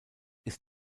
ist